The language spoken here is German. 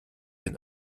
den